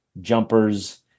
jumpers